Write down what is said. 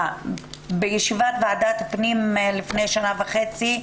בישיבת ועדת הפנים לפני שנה וחצי,